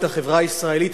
את החברה הישראלית,